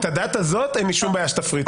את הדת הזאת אין לי שום בעיה שתפריטו.